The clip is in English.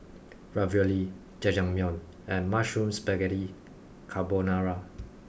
Ravioli Jajangmyeon and Mushroom Spaghetti Carbonara